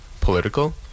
political